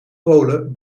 polen